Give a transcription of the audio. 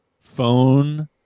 phone